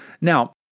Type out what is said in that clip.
Now